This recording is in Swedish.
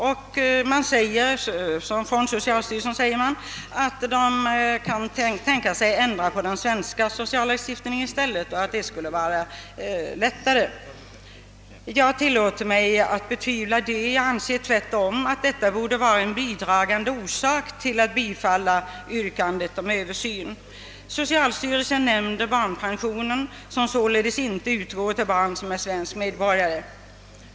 Den anför att man kan tänka sig att i stället ändra den svenska sociallagstiftningen, vilket skulle vara lättare. Jag tillåter mig att betvivla det. Jag anser tvärtom att detta borde vara en bidragande orsak till att bifalla yrkandet om översyn. Socialstyrelsen nämner barnpensionen, som inte utgår till barn som inte är svensk medborgare.